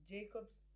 Jacob's